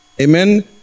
Amen